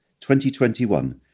2021